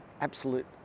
absolute